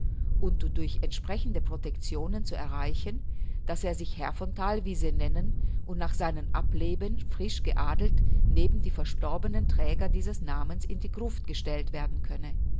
und durch entsprechende protectionen zu erreichen daß er sich herr von thalwiese nennen und nach seinem ableben frisch geadelt neben die verstorbenen träger dieses namens in die gruft gestellt werden könne